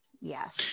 Yes